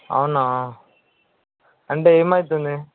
అవునా అంటే ఏమైతుంది